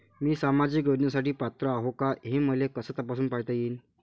मी सामाजिक योजनेसाठी पात्र आहो का, हे मले कस तपासून पायता येईन?